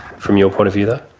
from your point of view, though?